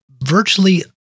virtually